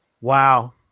Wow